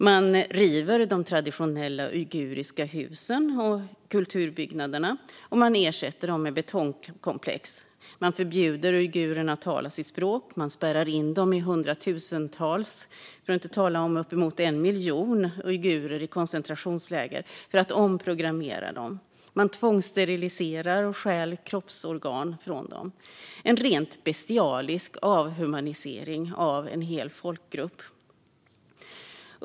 Man river de traditionella uiguriska husen och kulturbyggnaderna och ersätter dem med betongkomplex. Man förbjuder uigurerna att tala sitt språk. Man spärrar in omkring 1 miljon uigurer i koncentrationsläger för att "omprogrammera" dem. Man tvångssteriliserar dem och stjäl kroppsorgan från dem. Det är en rent bestialisk avhumanisering av en hel folkgrupp.